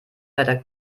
leider